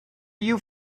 you